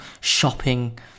shopping